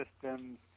systems